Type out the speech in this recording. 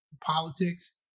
politics